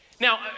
Now